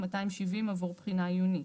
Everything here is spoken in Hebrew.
270 עבור בחינה עיונית.